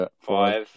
five